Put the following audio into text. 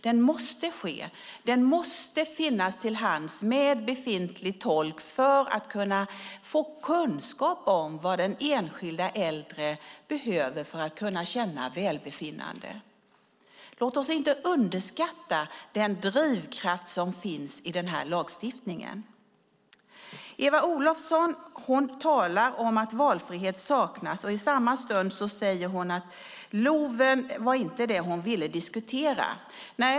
Den måste ske och finnas till hands med befintlig tolk för att kunna få kunskap om vad den enskilda äldre behöver för att kunna känna välbefinnande. Låt oss inte underskatta den drivkraft som finns i lagstiftningen. Eva Olofsson talar om att valfrihet saknas. I samma stund säger hon att LOV inte var det hon ville diskutera.